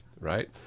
right